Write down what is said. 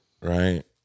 right